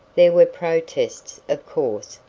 there were protests, of course,